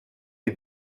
est